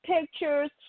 pictures